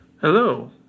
Hello